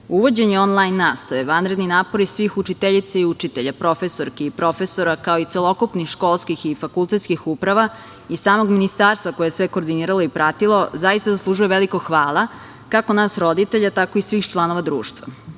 Uvođenje on-lajn nastave, vanredni napori svih učiteljica i učitelja, profesorki i profesora, kao i celokupnih školskih i fakultetskih uprava i samog Ministarstva, koje je sve koordiniralo i pratilo, zaista zaslužuju veliko hvala, kako nas roditelja, tako i svih članova društva. Pored